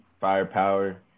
firepower